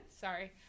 sorry